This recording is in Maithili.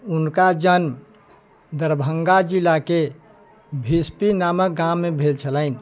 उनका जन्म दरभंगा जिलाके बिस्पी नामक गाममे भेल छलनि